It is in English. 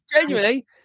Genuinely